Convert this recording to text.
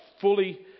fully